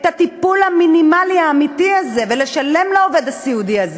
הטיפול המינימלי האמיתי הזה ולשלם לעובד הסיעודי.